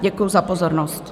Děkuji za pozornost.